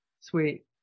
Sweet